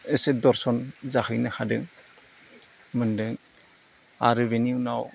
एसे दर्सन जाहैनो हादों मोनदों आरो बिनि उनाव